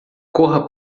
corra